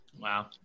Wow